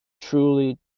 truly